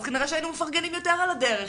אז כנראה שהיינו מפרגנים יותר על הדרך.